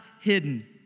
hidden